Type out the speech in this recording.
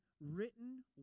written